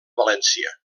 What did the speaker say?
valència